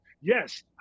yes